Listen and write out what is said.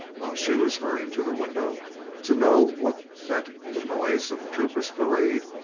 while she was hurrying to the window to know what meant the noise of the troopers' parade,